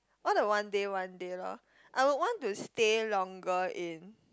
all the one day one day lor I would want to stay longer in